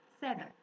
Seven